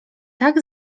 tak